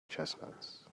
chestnuts